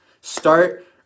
Start